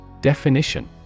Definition